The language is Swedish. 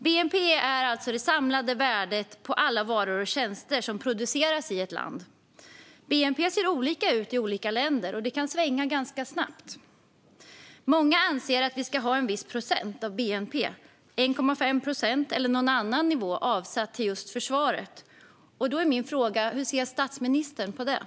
Bnp är alltså det samlade värdet på alla varor och tjänster som produceras i ett land. Bnp ser olika ut i olika länder, och det kan svänga ganska snabbt. Många anser att vi ska ha en viss procent av bnp - 1,5 procent eller någon annan nivå - avsatt till just försvaret. Hur ser statsministern på detta?